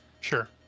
Sure